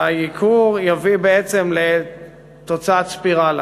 הייקור יביא לתוצאת ספירלה.